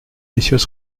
messieurs